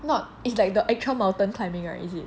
not it's like the actual mountain climbing [right] is it